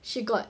she got